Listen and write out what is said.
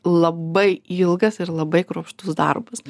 labai ilgas ir labai kruopštus darbas